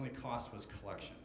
only cost was collection